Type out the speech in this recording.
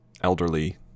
elderly